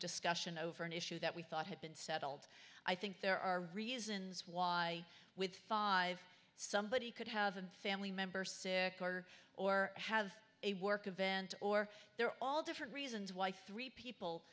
discussion over an issue that we thought had been settled i think there are reasons why with five somebody could have a family member sick or or have a work event or there are all different reasons why three people